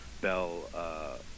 Bell